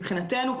מבחינתנו,